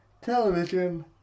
television